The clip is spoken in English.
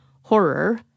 Horror